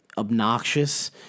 obnoxious